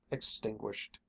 extinguished.